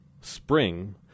spring